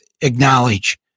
acknowledge